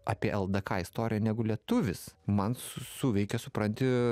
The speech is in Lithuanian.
apie ldk istoriją negu lietuvis man suveikė supranti